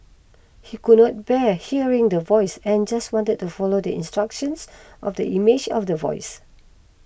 he could not bear hearing the Voice and just wanted to follow the instructions of the image of the voice